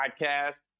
podcast